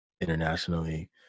internationally